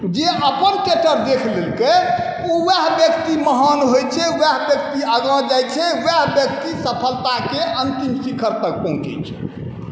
जे अपन टेटर देख लेलकै वएह व्यक्ति महान होइ छै वएह व्यक्ति आगाँ जाइ छै वएह व्यक्ति सफलताके अन्तिम शिखर तक पहुँचै छै